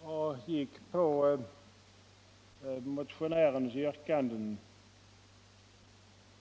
och som anslöt sig till motionärens yrkande.